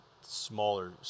smaller